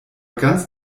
ganz